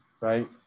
Right